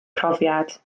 profiad